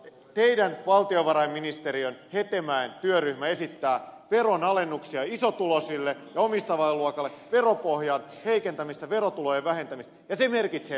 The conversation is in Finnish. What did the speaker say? teidän valtiovarainministeriön hetemäen työryhmänne esittää veronalennuksia isotuloisille ja omistavalle luokalle veropohjan heikentämistä verotulojen vähentämistä ja se merkitsee leikkauslistoja